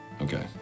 okay